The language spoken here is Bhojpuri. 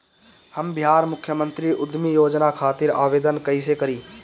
हम बिहार मुख्यमंत्री उद्यमी योजना खातिर आवेदन कईसे करी?